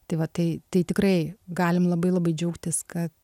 tai va tai tai tikrai galim labai labai džiaugtis kad